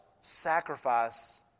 sacrifice